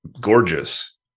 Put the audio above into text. gorgeous